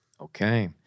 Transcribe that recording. Okay